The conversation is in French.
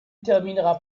terminera